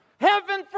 Heaven